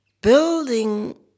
building